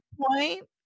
point